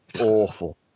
awful